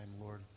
Lord